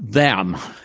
them?